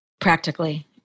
Practically